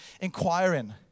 inquiring